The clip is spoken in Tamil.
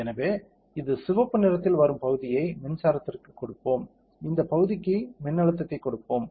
எனவே இது சிவப்பு நிறத்தில் வரும் பகுதியை மின்சாரத்திற்கு கொடுப்போம் இந்த பகுதிக்கு மின்னழுத்தத்தை கொடுப்போம்